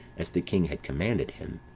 as the king had commanded him.